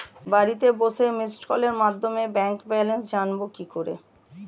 বাড়িতে বসে মিসড্ কলের মাধ্যমে ব্যাংক ব্যালেন্স জানবো কি করে?